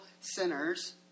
sinners